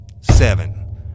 seven